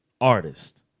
artist